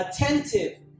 attentive